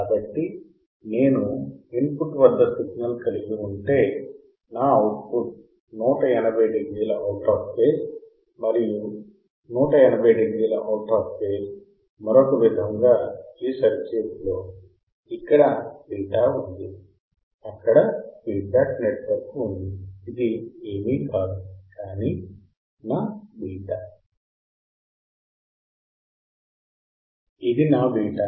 కాబట్టి నేను ఇన్పుట్ వద్ద సిగ్నల్ కలిగి ఉంటే నా అవుట్పుట్ 180 డిగ్రీల అవుటాఫ్ ఫేజ్ మరియు 180 డిగ్రీల అవుటాఫ్ ఫేజ్ మరొక విధముగా ఈ సర్క్యూట్ లో ఇక్కడ బీటా ఉంది అక్కడ ఫీడ్ బ్యాక్ నెట్వర్క్ ఉంది ఇది ఏమీ కాదు కానీ నా బీటా ఇది నా బీటా